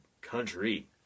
country